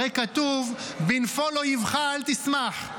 הרי כתוב "בנפול אויבך, אל תשמח".